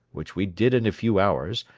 which we did in a few hours,